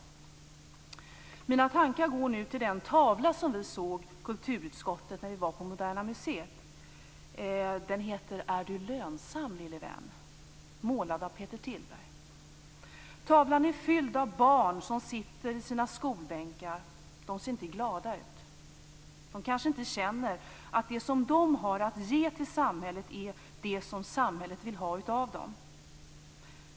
Mina tankar går nu till den tavla som vi i kulturutskottet såg när vi var på Moderna museet. Den heter Är du lönsam lille vän? och är målad av Peter Tillberg. Tavlan är fylld av barn som sitter i sina skolbänkar. De ser inte glada ut. De kanske inte känner att det som de har att ge till samhället är det som samhället vill ha av dem.